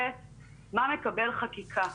בי"ת מה מקבל חקיקה.